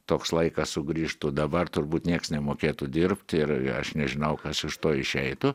toks laikas sugrįžtų dabar turbūt nieks nemokėtų dirbt ir aš nežinau kas iš to išeitų